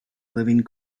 living